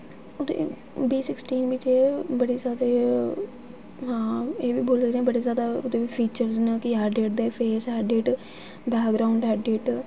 ते B sixteen बिच बड़ी जैदा हां एह् बी बोल्लां दे आं बड़ी जैदा ओह्दे बिच फीचर्ज न कि ऐडिट दी फेस ऐडिट बैकग्राउंड ऐडिट